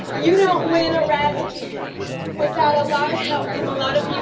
you don't win a razzie without a lot of help from a lot of